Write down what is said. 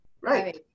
right